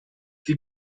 die